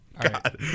God